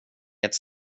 ett